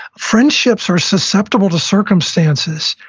friendships are susceptible to circumstances.